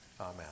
Amen